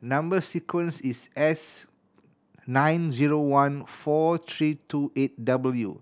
number sequence is S nine zero one four three two eight W